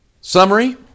summary